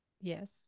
yes